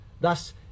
Thus